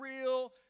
real